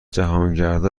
جهانگردا